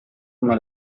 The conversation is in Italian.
come